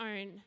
own